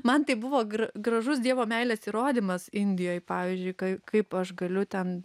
man tai buvo gražus dievo meilės įrodymas indijoj pavyzdžiui kai kaip aš galiu ten